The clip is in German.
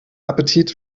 appetit